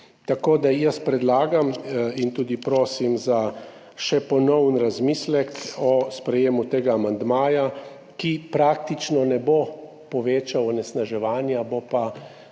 Tako da jaz predlagam in tudi prosim še za ponoven razmislek o sprejetju tega amandmaja, ki praktično ne bo povečal onesnaževanja, bo pa